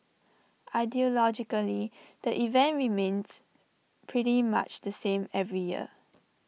ideologically the event remains pretty much the same every year